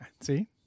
See